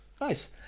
nice